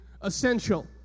essential